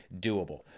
doable